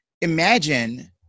imagine